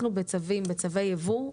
אנחנו בצווי יבוא,